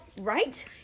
Right